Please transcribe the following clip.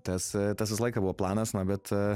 tas tas visą laiką buvo planas na bet